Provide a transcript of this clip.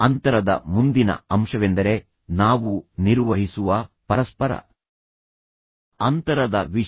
ಅಂತರದ ಮುಂದಿನ ಅಂಶವೆಂದರೆ ನಾವು ನಿರ್ವಹಿಸುವ ಪರಸ್ಪರ ಅಂತರದ ವಿಷಯ